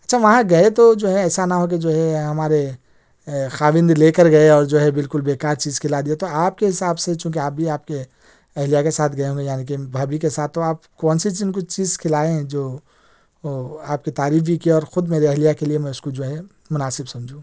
اچھا وہاں گئے تو جو ہے ایسا نہ ہو کہ جو ہے ہمارے خاوند لے کر گئے اور جو ہے بالکل بے کار چیز کھلا دیا تو آپ کے حساب سے چونکہ آپ بھی آپ کے اہلیہ کے ساتھ گئے ہوں گے یعنی کہ بھابی کے ساتھ تو آپ کونسی چیز ان کو چیز کھلائے ہیں جو وہ آپ کی تعریف بھی کی اور خود میرے اہلیہ کے لئے میں اس کو جو ہے مناسب سمجھوں